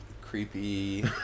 creepy